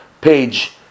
page